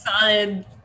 solid